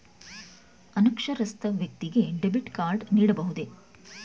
ಅನಕ್ಷರಸ್ಥ ವ್ಯಕ್ತಿಗೆ debit card ನೀಡಬಹುದೇ?